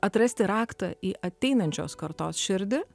atrasti raktą į ateinančios kartos širdį